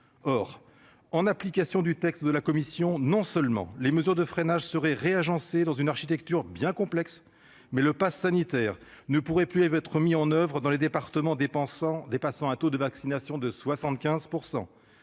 Or, en application du texte de la commission, non seulement les mesures de freinage seraient agencées dans une nouvelle architecture bien complexe, mais le passe sanitaire ne pourrait plus être mis en oeuvre dans les départements où le taux de vaccination de la